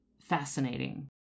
fascinating